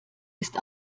ist